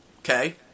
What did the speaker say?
Okay